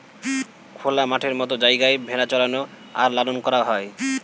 খোলা মাঠের মত জায়গায় ভেড়া চরানো আর লালন করা হয়